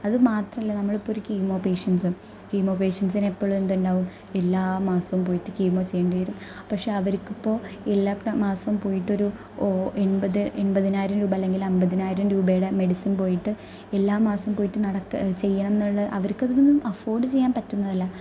അതുമാത്രമല്ല നമ്മളിപ്പോൾ ഒരു കീമോ പേഷ്യന്റ്റ്സ് കീമോ പേഷ്യന്റ്റ്സിന് എപ്പോഴും എന്തുണ്ടാകും എല്ലാ മാസവും പോയിട്ട് കീമോ ചെയ്യേണ്ടി വരും പക്ഷെ അവര്ക്കിപ്പോൾ എല്ലാ പ്രാ മാസവും പോയിട്ടൊരു ഓ എണ്പത് എണ്പതിനായിരം രൂപ അല്ലെങ്കില് അൻപതിനായിരം രൂപയുടെ മെഡിസിന് പോയിട്ട് എല്ലാ മാസവും പോയിട്ട് നടക്കുക ചെയ്യണമെന്നുള്ള അവര്ക്കതൊന്നും അഫോര്ഡ് ചെയ്യാന് പറ്റുന്നതല്ല